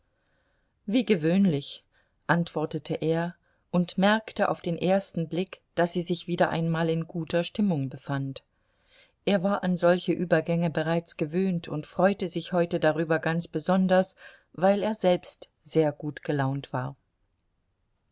wie gewöhnlich antwortete er und merkte auf den ersten blick daß sie sich wieder einmal in guter stimmung befand er war an solche übergänge bereits gewöhnt und freute sich heute darüber ganz besonders weil er selbst sehr gut gelaunt war